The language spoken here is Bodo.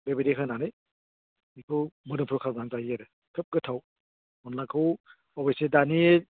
बेबायदि होनानै बेखौ मोदोमफ्रु खालामनानै जायो आरो खोब गोथाव अनलाखौ अबयस्से दानि